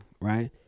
right